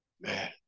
man